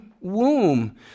womb